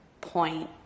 point